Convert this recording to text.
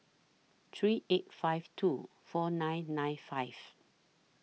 three eight five two four nine nine five